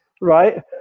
right